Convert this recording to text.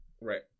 Right